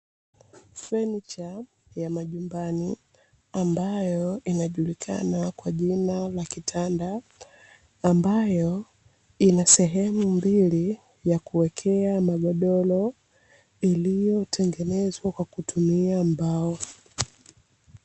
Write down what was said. Fanicha ya majumbani, ambayo inajulikana kwa jina la kitanda ambayo ina sehemu mbili ya kuwekea magodoro iliyotengenezwa kwa kutumia mbao.